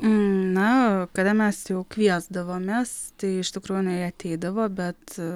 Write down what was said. na kada mes jau kviesdavomės tai iš tikrųjų jinai ateidavo bet